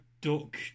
duck